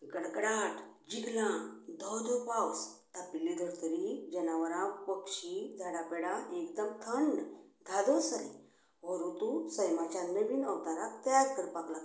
कडकडाट जिंगलां धो धो पावस तापिल्ली धर्तरी जनावरां पक्षी झाडां पेडां एकदम थंड धादोस जातात हो रुतु सैमाच्या विभिन्न अवतराक तयार करपाक लागता